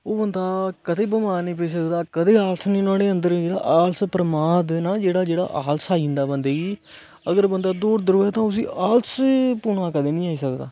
ओह् बंदा कंदे बिमार नेई पेई सकदा कंदे आलस नेई नुआढ़े अंदर इयां आलस आई जंदा ना जेहडा बंदे गी अगर बंदा दौड़दा रवे तां उसी आलस पौना कदें नेई आई सकदा